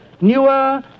newer